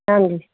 ਹਾਂਜੀ